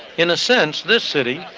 in a sense this city,